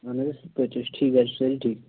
اَہَن حظ اَصٕل پٲٹھۍ گرِ چھا سٲری ٹھیٖک